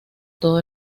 todo